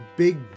big